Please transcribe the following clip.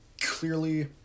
clearly